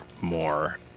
more